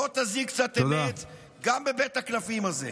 לא תזיק קצת אמת גם בבית הקלפים הזה.